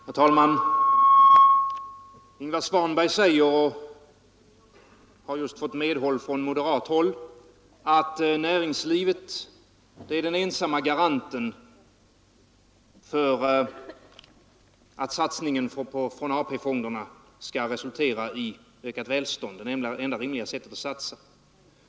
Herr talman! Ingvar Svanberg säger — och har just fått medhåll från moderaterna — att näringslivet är den ensamma garanten för att satsningen från AP-fonderna skall resultera i ökat välstånd och att det är det enda rimliga sättet att satsa.